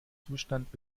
zustand